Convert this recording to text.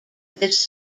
this